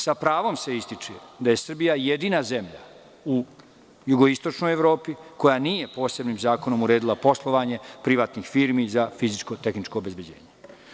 Sa pravom se ističe da je Srbija jedina zemlja u Jugoistočnoj Evropi koja nije posebnim zakonom uredila poslovanje privatnih firmi za fizičko-tehničko obezbeđenje.